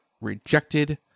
rejected